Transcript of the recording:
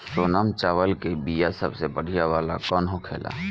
सोनम चावल के बीया सबसे बढ़िया वाला कौन होखेला?